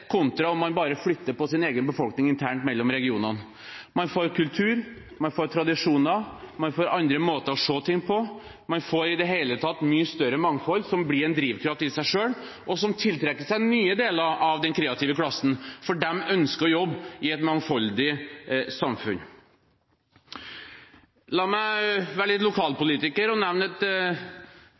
kontra om man bare flytter på sin egen befolkning internt mellom regionene. Man får kultur, man får tradisjoner, man får andre måter å se ting på. Man får i det hele tatt mye større mangfold, som blir en drivkraft i seg selv, og som tiltrekker seg nye deler av den kreative klassen, for de ønsker å jobbe i et mangfoldig samfunn. La meg være litt lokalpolitiker og nevne et